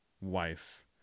wife